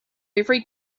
every